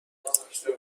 گرفته